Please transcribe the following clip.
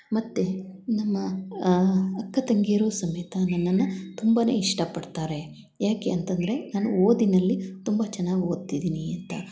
ಮತ್ತೆ ನಮ್ಮ ಅಕ್ಕ ತಂಗಿಯರು ಸಮೇತ ನನ್ನನ್ನು ತುಂಬಾ ಇಷ್ಟಪಡ್ತಾರೆ ಯಾಕೆ ಅಂತಂದರೆ ನಾನು ಓದಿನಲ್ಲಿ ತುಂಬ ಚೆನ್ನಾಗಿ ಓದ್ತಿದ್ದೀನಿ ಅಂತ